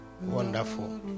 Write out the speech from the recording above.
Wonderful